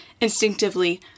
instinctively